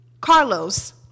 Carlos